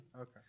Okay